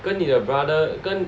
跟你的 brother 跟